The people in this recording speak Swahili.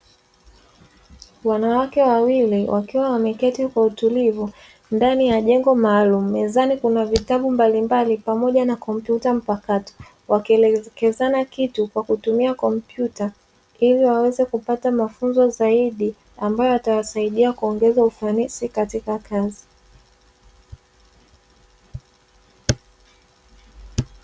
Wanawake wawili wakiwa wameketi kwa utulivu ndani ya jengo maalumu mezani kuna vitabu mbalimbali pamoja na kompyuta mpakato, wakielekezana kitu kwa kutumia kompyuta ili waweze kupata mafunzo zaidi ambayo yatawasaidia kuongeza ufanisi katika kazi.